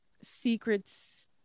Secrets